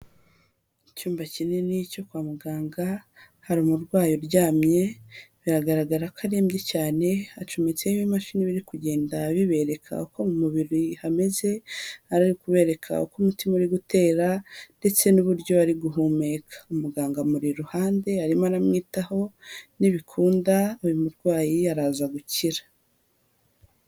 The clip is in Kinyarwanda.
Icyumba kinini cyo kwa muganga, hari umurwayi uryamye, biragaragara ko arembye cyane, hacometseho ibimashini biri kugenda bibereka uko mu mubiri hameze, yari ari kubereka uko umutima uri gutera ndetse n'uburyo ari guhumeka. Umuganga amuri iruhande arimo aramwitaho, nibikunda uyu murwayi araza gukira.